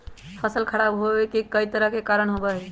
फसल खराब होवे के कई तरह के कारण होबा हई